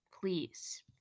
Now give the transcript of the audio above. please